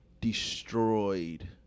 destroyed